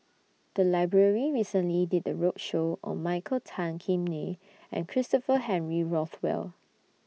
The Library recently did A roadshow on Michael Tan Kim Nei and Christopher Henry Rothwell